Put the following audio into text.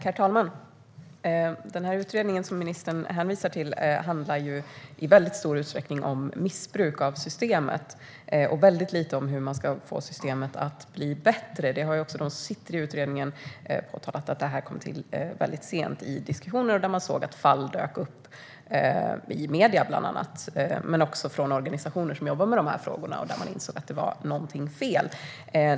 Herr talman! Den utredning som ministern hänvisar till handlar i mycket stor utsträckning om missbruk av systemet och i väldigt liten utsträckning om hur man ska få systemet att bli bättre. De som sitter i utredningen har påpekat att detta har tillkommit sent i diskussionerna, då man såg att det dök upp olika fall i bland annat medierna. Även organisationer som jobbar med dessa frågor har sett detta, och de insåg att det var någonting som var fel.